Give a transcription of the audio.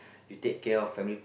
you take care of family